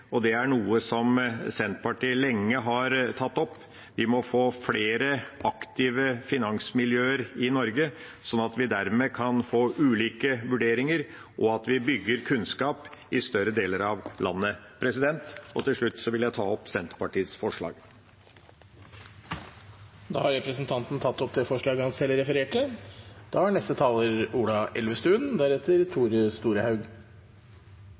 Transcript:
Det er noe Senterpartiet lenge har tatt opp. Vi må få flere aktive finansmiljøer i Norge, sånn at vi dermed kan få ulike vurderinger, og at vi bygger kunnskap i større deler av landet. Til slutt vil jeg ta opp Senterpartiets forslag, som vi har sammen med Rødt. Da har representanten Lundteigen tatt opp de forslagene han refererte